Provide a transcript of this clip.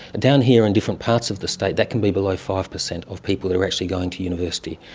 down here in different parts of the state that can be below five percent of people who are actually going to university.